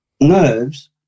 nerves